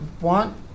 want